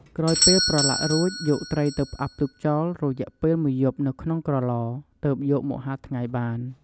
ក្រោយពេលប្រឡាក់រួចយកត្រីទៅផ្អាប់ទុកចោលរយៈពេល១យប់នៅក្នុងក្រឡ ទើបយកមកហាលថ្ងៃបាន។